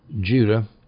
Judah